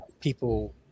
people